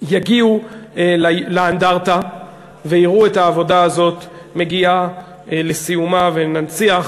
יגיעו לאנדרטה ויראו את העבודה הזאת מגיעה לסיומה וננציח